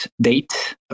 date